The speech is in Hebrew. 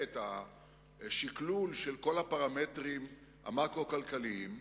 והשקלול של כל הפרמטרים המקרו-כלכליים,